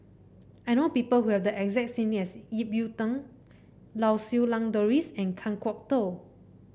I know people who have the exact as Ip Yiu Tung Lau Siew Lang Doris and Kan Kwok Toh